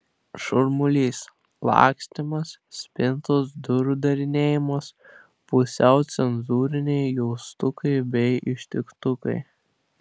šurmulys lakstymas spintos durų darinėjimas pusiau cenzūriniai jaustukai bei ištiktukai